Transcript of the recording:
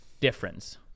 difference